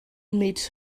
meets